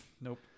Nope